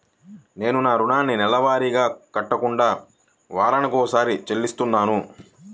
నేను నా రుణాన్ని నెలవారీగా కాకుండా వారానికోసారి చెల్లిస్తున్నాను